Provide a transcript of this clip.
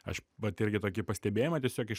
aš vat irgi tokį pastebėjimą tiesiog iš